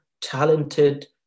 talented